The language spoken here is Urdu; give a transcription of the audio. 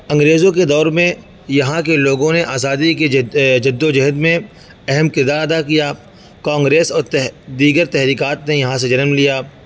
انگریزوں کے دور میں یہاں کے لوگوں نے آزادی کے جد و جہد میں اہم کردار ادا کیا کانگریس اور دیگر تحریکات نے یہاں سے جنم لیا